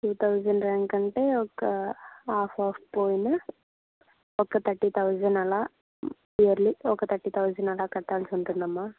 two thousand rank అంటే ఒక half half పోయిన ఒక థర్టీ థౌసండ్ అలా ఇయర్లీ ఒక థర్టీ థౌసండ్ అలా కట్టాల్సి ఉంటుంది అమ్మా